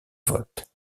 vote